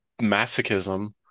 masochism